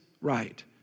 right